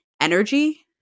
energy